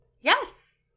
Yes